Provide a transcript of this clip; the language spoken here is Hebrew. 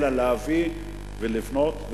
אלא להביא ולבנות.